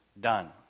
done